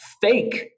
fake